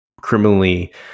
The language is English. criminally